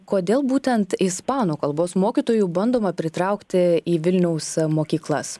kodėl būtent ispanų kalbos mokytojų bandoma pritraukti į vilniaus mokyklas